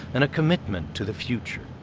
and a commitment to the future.